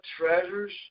treasures